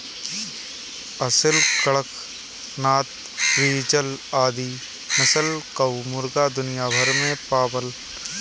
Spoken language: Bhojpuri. असिल, कड़कनाथ, फ्रीजल आदि नस्ल कअ मुर्गा दुनिया भर में पावल जालन